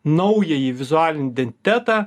naująjį vizualinį identitetą